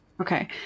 Okay